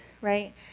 right